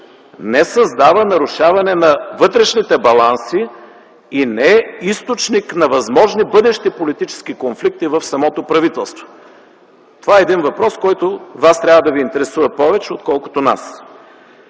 не създава нарушаване на вътрешните баланси и не е източник на възможни бъдещи политически конфликти в самото правителство. Това е един въпрос, който вас трябва да ви интересува повече, отколкото нас.